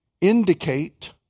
indicate